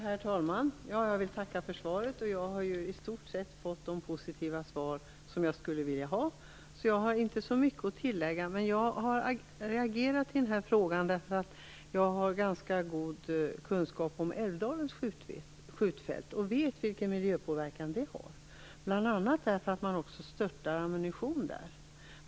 Herr talman! Jag vill tacka för svaret. Jag har i stort sett fått de positiva svar som jag ville ha, så jag har inte så mycket att tillägga. Jag har reagerat i den här frågan eftersom jag har ganska god kunskap om Älvdalens skjutfält och vet vilken miljöpåverkan det har, bl.a. därför att man också störtar ammunition där.